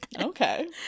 Okay